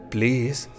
Please